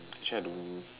actually I don't know